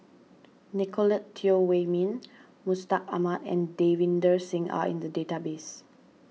Nicolette Teo Wei Min Mustaq Ahmad and Davinder Singh are in the database